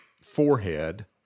forehead